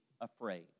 afraid